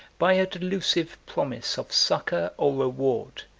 by a delusive promise of succor or reward,